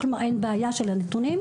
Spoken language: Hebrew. כלומר, אין בעיה של הנתונים.